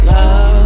Love